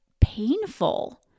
painful